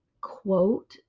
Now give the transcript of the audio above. quote